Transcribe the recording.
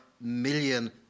million